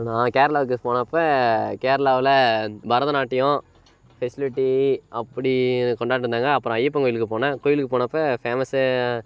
நான் கேரளாவுக்கு போனப்போ கேரளாவில் பரதநாட்டியம் ஃபெசிலிட்டி அப்படி கொண்டாடிட்டிருந்தாங்க அப்புறம் ஐயப்பன் கோயிலுக்கு போனேன் கோயிலுக்கு போனப்போ ஃபேமஸு